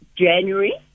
January